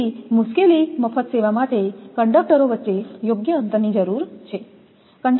તેથી મુશ્કેલી મફત સેવા માટે કંડકટરો વચ્ચે યોગ્ય અંતરની જરૂર છે